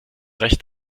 recht